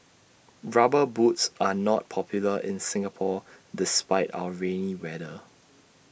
rubber boots are not popular in Singapore despite our rainy weather